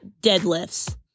deadlifts